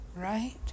Right